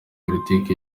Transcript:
politiki